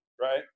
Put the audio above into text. right